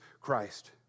Christ